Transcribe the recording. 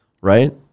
right